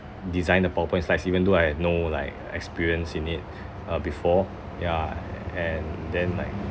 design the powerpoint slides even though I have no like experience in it uh before ya and then like